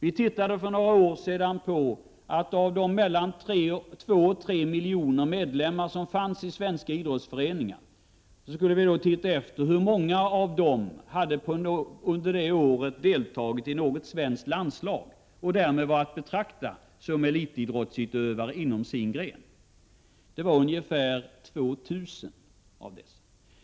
Vi studerade för några år sedan hur många av de mellan två och tre miljoner medlemmar i svenska idrottsföreningar som under ett år hade deltagit i något svenskt landslag och därmed var att betrakta som elitidrottsutövare inom sin gren. Det var ungefär 2 000 personer.